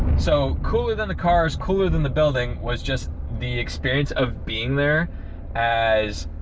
so cooler than the cars, cooler than the building was just the experience of being there as,